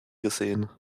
gesehen